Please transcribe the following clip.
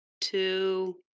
two